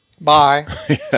bye